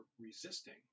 resisting